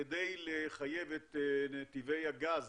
כדי לחייב את נתיבי הגז